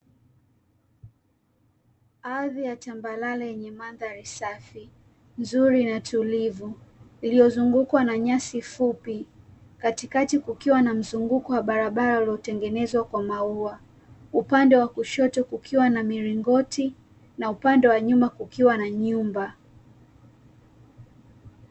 Ardhi ya tambarare yenye mandhari safi, nzuri na tulivu iliyozungukwa na nyasi fupi katikati kukiwa na mzunguko wa barabara uliyotengenzwa kwa maua, upande wa kushoto kukiwa na miringoti na upande wa nyuma kukiwa na nyumba.